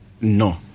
No